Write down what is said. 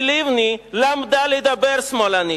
היא, לבני, למדה לדבר שמאלנית,